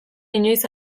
inoiz